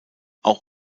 auch